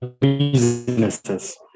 businesses